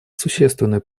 существенный